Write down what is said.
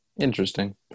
Interesting